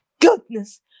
goodness